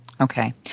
Okay